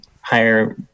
higher